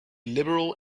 liberal